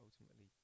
ultimately